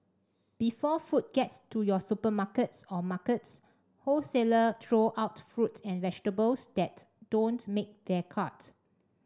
before food gets to your supermarkets or markets wholesaler throw out fruit and vegetables that don't make their cut